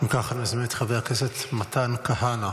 אם כך, אני מזמין את חבר הכנסת מתן כהנא.